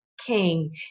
king